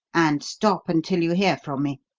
and stop until you hear from me?